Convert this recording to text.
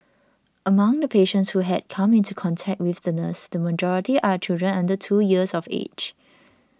among the patients who had come into contact with the nurse the majority are children under two years of age